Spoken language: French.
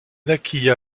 naquit